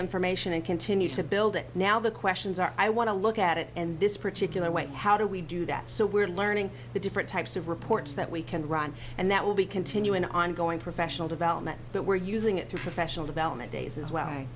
information and continue to build it now the questions are i want to look at it in this particular way how do we do that so we're learning the different types of reports that we can run and that will be continue an ongoing professional development but we're using it through professional development days as w